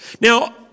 Now